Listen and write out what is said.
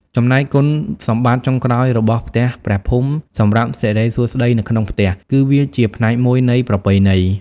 ចំណែកគុណសម្បត្តិចុងក្រោយរបស់ផ្ទះព្រះភូមិសម្រាប់សិរីសួស្តីនៅក្នុងផ្ទះ គឺវាជាផ្នែកមួយនៃប្រពៃណី។